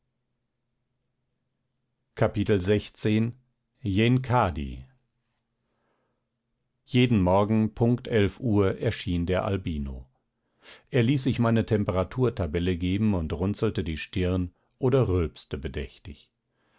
jeden morgen punkt elf uhr erschien der albino er ließ sich meine temperaturtabelle geben und runzelte die stirn oder rülpste bedächtig